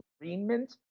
agreement